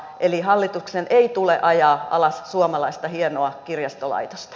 eli hallituksen ei tule ajaa alas suomalaista hienoa kirjastolaitosta